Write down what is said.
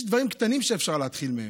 יש דברים קטנים שאפשר להתחיל מהם.